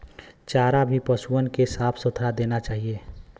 चारा भी पसुअन के साफ सुथरा देना चाही